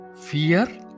fear